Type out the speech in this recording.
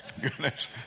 Goodness